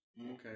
Okay